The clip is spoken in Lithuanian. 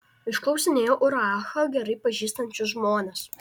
išklausinėjo urachą gerai pažįstančius žmones